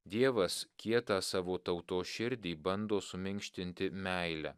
dievas kietą savo tautos širdį bando suminkštinti meile